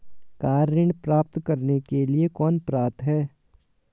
Car ऋण प्राप्त करने के लिए कौन पात्र है?